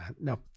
no